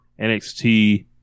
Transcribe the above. NXT